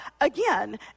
again